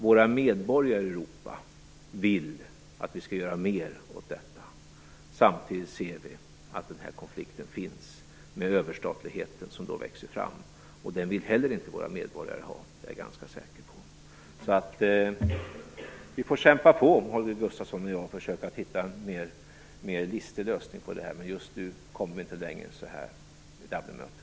Våra medborgare i Europa vill att vi skall göra mer åt detta. Samtidigt ser vi att konflikten finns, med överstatligheten som växer fram. Den vill våra medborgare heller inte ha, det är jag ganska säker på. Vi får kämpa på, Holger Gustafsson och jag, och försöka hitta en mer listig lösning på det här. Men just nu kom vi inte längre än så här vid Dublinmötet.